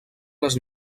les